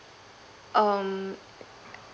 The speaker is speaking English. um